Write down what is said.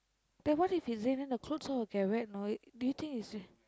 then what if it rain then all the clothes all will get wet you know do you think it's